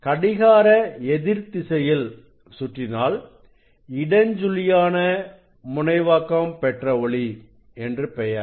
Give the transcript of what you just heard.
கடிகார எதிர் திசையில் சுற்றினால் இடஞ்சுழியான முனைவாக்கம் பெற்ற ஒளி என்று பெயர்